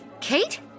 Kate